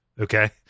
Okay